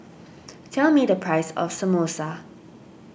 tell me the price of Samosa